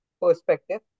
perspective